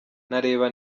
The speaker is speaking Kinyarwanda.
ntareba